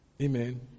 Amen